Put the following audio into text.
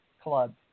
club